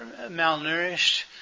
malnourished